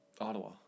Ottawa